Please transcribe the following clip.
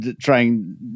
trying